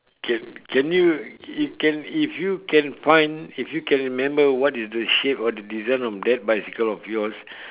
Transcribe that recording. can can you if can if you can find if you can remember what is the shape or the design of that bicycle of yours